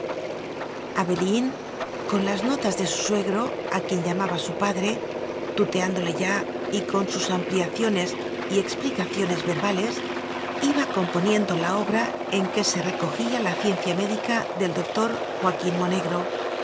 abelín con las notas de su suegro a quien llamaba su padre tuteándole ya y con sus ampliaciones y explicaciones verbales iba componiendo la obra en que se recojía la ciencia médica del doctor joaquín monegro